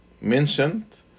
mentioned